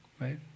right